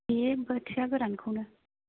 बे बोथिया गोरानखौनो